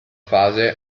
fase